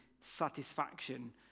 satisfaction